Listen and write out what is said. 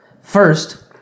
First